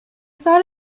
thought